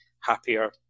happier